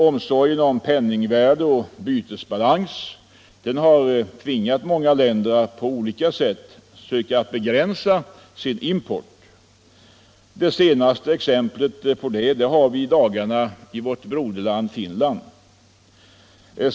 Omsorgen om penningvärde och bytesbalans har tvingat många länder att på olika sätt söka begränsa sin import. Det senaste exemplet på detta har vi i dagarna i vårt broderland Finland.